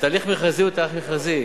תהליך מכרזי הוא תהליך מכרזי,